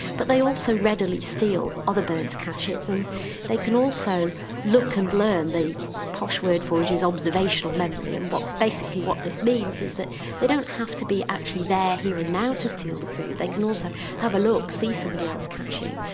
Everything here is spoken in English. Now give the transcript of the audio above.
but they also readily steal other birds' caches. and they can also look and learn, the posh word for it is observational memory, and basically what this means is that they don't have to be actually there here and now to steal the food, they can also have a look, see somebody else caching,